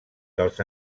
dels